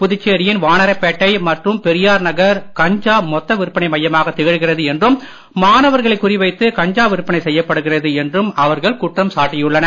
புதுச்சேரியின் வாணரபேட்டை மற்றும் பெரியார் நகர் கஞ்சா மொத்த விற்பனை மையமாகத் திகழ்கிறது என்றும் மாணவர்களை குறி வைத்து கஞ்சா விற்பனை செய்யப்படுகிறது என்றும் அவர்கள் குற்றம் சாட்டியுள்ளனர்